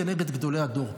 כנגד גדולי הדור.